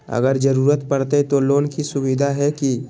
अगर जरूरत परते तो लोन के सुविधा है की?